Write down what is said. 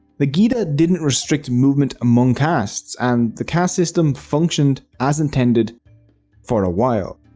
the gita didn't restrict movement among castes and the caste system functioned as intended for a while.